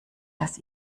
dass